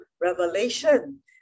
revelation